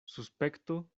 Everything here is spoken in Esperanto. suspekto